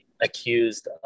accused